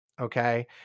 Okay